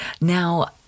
Now